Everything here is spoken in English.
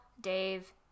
Dave